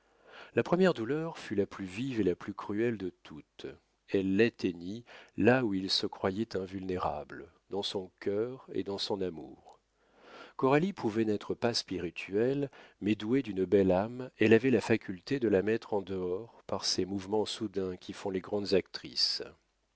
la première douleur fut la plus vive et la plus cruelle de toutes elle l'atteignit là où il se croyait invulnérable dans son cœur et dans son amour coralie pouvait n'être pas spirituelle mais douée d'une belle âme elle avait la faculté de la mettre en dehors par ces mouvements soudains qui font les grandes actrices